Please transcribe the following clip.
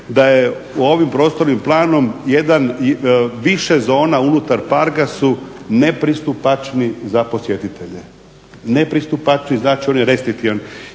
da je ovim prostornim planom jedan, više zona unutar parka su nepristupačni za posjetitelje, nepristupačni znači on je restriktivan.